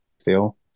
feel